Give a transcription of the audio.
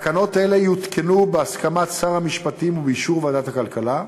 תקנות אלה יותקנו בהסכמת שר המשפטים ובאישור ועדת הכלכלה,